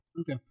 Okay